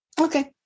Okay